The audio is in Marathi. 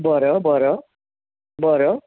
बरं बरं बरं